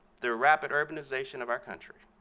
the rapid urbanization of our country,